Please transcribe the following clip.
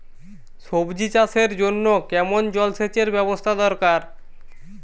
সবজি চাষের জন্য কেমন জলসেচের ব্যাবস্থা দরকার?